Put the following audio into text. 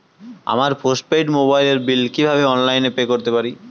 আমার postpaid মোবাইলের bill কীভাবে অনলাইনে পে করতে পারি?